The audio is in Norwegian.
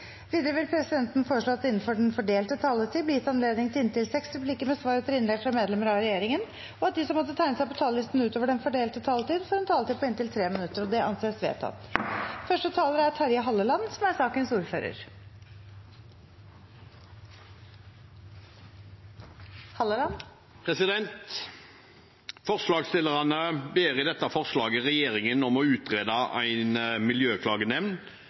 Videre vil presidenten foreslå at det – innenfor den fordelte taletid – blir gitt anledning til inntil seks replikker med svar etter innlegg fra medlemmer av regjeringen, og at de som måtte tegne seg på talerlisten utover den fordelte taletid, får en taletid på inntil 3 minutter. – Det anses vedtatt. Forslagsstillerne ber i dette forslaget regjeringen om å utrede